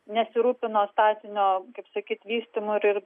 nesirūpino statinio kaip sakyt vystymu ir